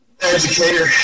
Educator